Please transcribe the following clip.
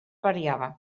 variava